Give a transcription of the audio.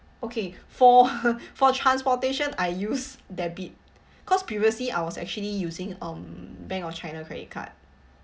okay for for transportation I use debit cause previously I was actually using um bank of china credit card